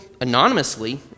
anonymously